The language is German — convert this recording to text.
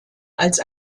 als